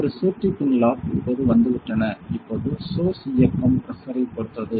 ஒரு safety pin lock இப்போது வந்துவிட்டன இப்போது சோர்ஸ் இயக்கம் பிரஷரை பொறுத்தது